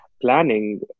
planning